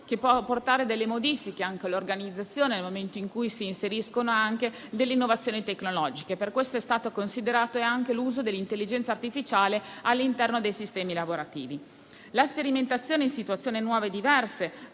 che può apportare modifiche anche all'organizzazione, nel momento in cui si inseriscono anche innovazioni tecnologiche. Per questo è stato considerato anche l'uso dell'intelligenza artificiale all'interno dei sistemi lavorativi. La sperimentazione in situazioni nuove e diverse,